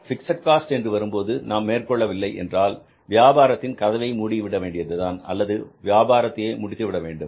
fixed cost என்று வரும்போது நாம் மேற்கொள்ளவில்லை என்றால் வியாபாரத்தின் கதவை மூடிவிட வேண்டியதுதான் அல்லது வியாபாரத்தையே முடித்து விட வேண்டும்